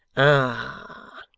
ah!